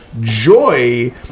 joy